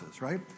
right